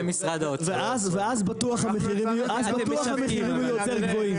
ואז בטוח המחירים יהיו יותר גבוהים.